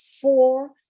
four